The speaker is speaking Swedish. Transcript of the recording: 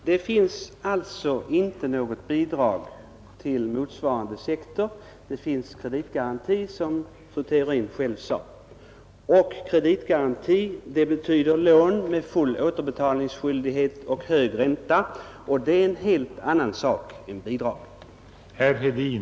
Herr talman! Det är alldeles riktigt att kreditgaranti inte är detsamma som bidrag. Det skall ändå sägas att man med den statliga garantin erhåller en lägre ränta, och det i sin tur betyder en viss vinst för dem som kommer i åtnjutande av den statliga garantin.